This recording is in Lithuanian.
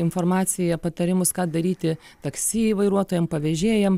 informaciją patarimus ką daryti taksi vairuotojam pavėžėjam